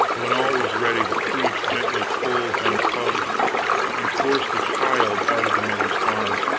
when all was ready the priest gently pulled and tugged and forced the child out of the mother's arms,